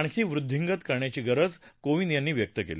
आणखी वृद्धिंगत करण्याची गरज कोविंद यांनी व्यक्त केली